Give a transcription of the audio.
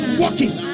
walking